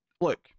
look